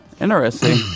Interesting